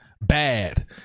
Bad